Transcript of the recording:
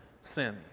sin